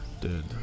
dead